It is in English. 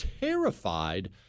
terrified